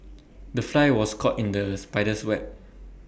the fly was caught in the spider's web